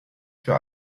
für